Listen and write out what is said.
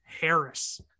Harris